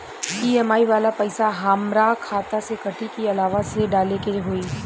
EMI वाला पैसा हाम्रा खाता से कटी की अलावा से डाले के होई?